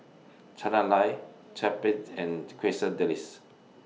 Chana Lal Japchae and Quesadillas